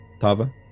Tava